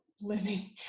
living